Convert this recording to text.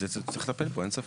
צריך לטפל בו, אין ספק.